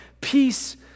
peace